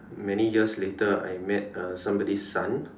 many years later I met uh somebody's son